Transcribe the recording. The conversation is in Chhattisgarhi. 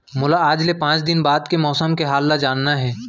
मोला आज ले पाँच दिन बाद के मौसम के हाल ल जानना हे?